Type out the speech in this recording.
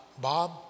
Bob